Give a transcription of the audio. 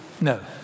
No